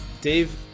Dave